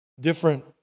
different